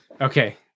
okay